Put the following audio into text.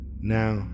Now